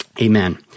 Amen